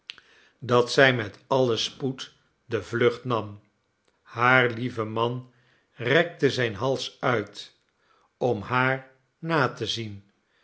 dat zij met alien spoed de vlucht nam haar lieve man rekte zijn hals uit om haar na te zien